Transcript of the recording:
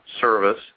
service